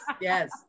yes